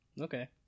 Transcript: Okay